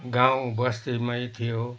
गाउँबस्तीमै थियो